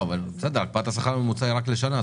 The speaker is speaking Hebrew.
הקפאת השכר הממוצע היא רק לשנה,